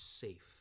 Safe